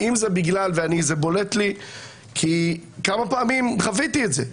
אם זה בגלל וזה בולט לי כי כמה פעמים חוויתי את זה,